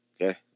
Okay